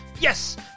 yes